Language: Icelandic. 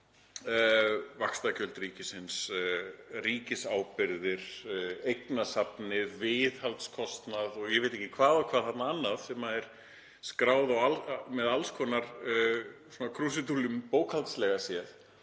vaxtagjöld ríkisins, ríkisábyrgðir, eignasafnið, viðhaldskostnað og ég veit ekki hvað og hvað þarna annað, sem er skráð með alls konar svona krúsidúllum bókhaldslega séð